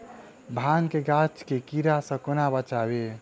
भांग केँ गाछ केँ कीड़ा सऽ कोना बचाबी?